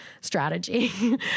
strategy